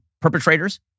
perpetrators